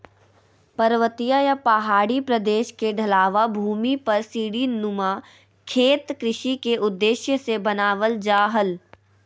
पर्वतीय या पहाड़ी प्रदेश के ढलवां भूमि पर सीढ़ी नुमा खेत कृषि के उद्देश्य से बनावल जा हल